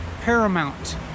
paramount